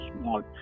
small